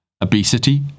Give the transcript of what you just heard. obesity